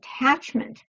attachment